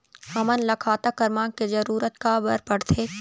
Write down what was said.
हमन ला खाता क्रमांक के जरूरत का बर पड़थे?